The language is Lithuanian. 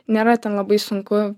nėra ten labai sunku